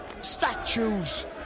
Statues